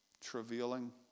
travailing